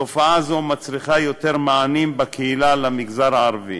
תופעה זו מצריכה יותר מענים בקהילה למגזר הערבי.